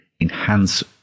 enhance